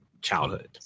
childhood